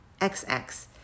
xx